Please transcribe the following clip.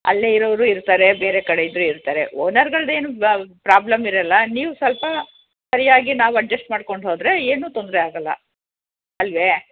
ಅಲ್ಲೇ ಇರೋವ್ರು ಇರ್ತಾರೆ ಬೇರೆ ಕಡೆ ಇದ್ದರೂ ಇರ್ತಾರೆ ಓನರ್ಗಳದ್ದೇನು ಬ ಪ್ರಾಬ್ಲಮ್ ಇರೋಲ್ಲ ನೀವು ಸ್ವಲ್ಪ ಸರಿಯಾಗಿ ನಾವು ಅಜ್ಜೆಸ್ಟ್ ಮಾಡ್ಕೊಂಡು ಹೋದರೆ ಏನೂ ತೊಂದರೆ ಆಗೋಲ್ಲ ಅಲ್ಲವೇ